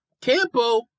Campo